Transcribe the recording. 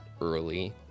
early